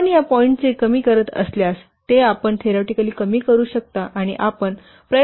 आपण या पॉईंटचे कमी करत असल्यास ते आपण थरोटिकली कमी करू शकता आणि आपण प्रयत्न मोठ्या प्रमाणात वाढत असल्याचे पहा